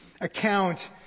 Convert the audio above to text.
account